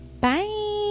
Bye